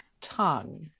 tongue